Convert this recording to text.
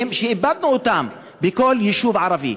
שאיבדנו אותם בכל יישוב ערבי.